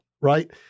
right